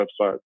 website